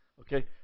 Okay